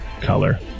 color